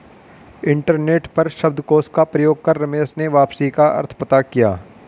internet पर शब्दकोश का प्रयोग कर रमेश ने वापसी का अर्थ पता किया